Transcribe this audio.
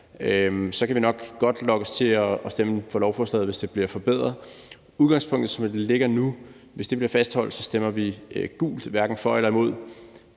kan vi nok godt lokkes til at stemme for lovforslaget. Hvis udgangspunktet, som det ligger nu, bliver fastholdt, stemmer vi gult – hverken for eller imod.